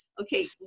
okay